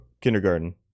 Kindergarten